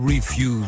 Refuse